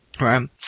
Right